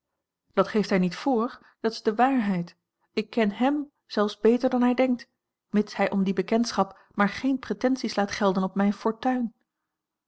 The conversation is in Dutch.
dat geeft hij niet voor dat is de waarheid ik ken hem zelfs beter dan hij denkt mits hij om die bekendschap maar geene pretenties laat gelden op mijne fortuin